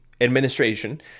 administration